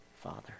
father